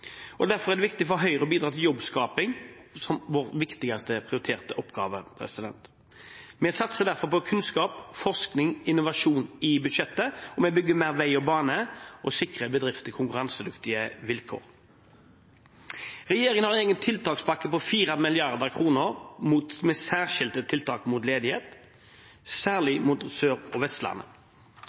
Derfor er det viktig for Høyre å bidra til jobbskaping og ha det som vår viktigste prioriterte oppgave. Vi satser derfor på kunnskap, forskning og innovasjon i budsjettet. Vi bygger mer vei og bane og sikrer bedrifter konkurransedyktige vilkår. Regjeringen har en egen tiltakspakke på 4 mrd. kr, med særskilte tiltak mot ledighet, særlig rettet inn mot Sør- og Vestlandet.